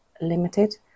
limited